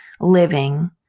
living